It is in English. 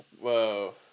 Whoa